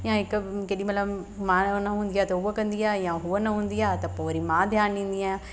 या हिकु केॾीमहिल मां न हूंदी आहियां त हुओ कंदी आहे या हुआ न हूंदी आहे त पोइ वरी मां ध्यानु ॾींदी आहियां